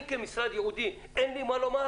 אני כמשרד ייעודי, אין לי מה לומר?